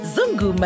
Zungu